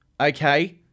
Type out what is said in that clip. Okay